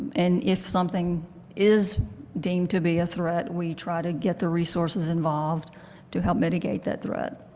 and if something is deemed to be a threat, we try to get the resources involved to help mitigate that threat.